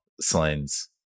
signs